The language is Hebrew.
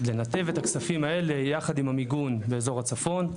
לנתב את הכספים האלה ביחד עם המיגון באזור הצפון.